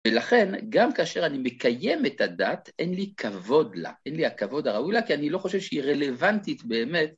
ולכן גם כאשר אני מקיים את הדת, אין לי כבוד לה, אין לי הכבוד הראוי לה, כי אני לא חושב שהיא רלוונטית באמת.